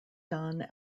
done